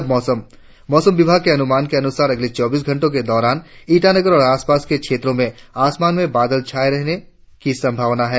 और अब मौसम मौसम विभाग के अनुमान के अनुसार अगले चौबीस घंटो के दौरान ईटानगर और आसपास के क्षेत्रो में आसमान में बादल छाये रहने की संभावना है